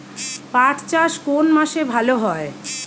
পাট চাষ কোন মাসে ভালো হয়?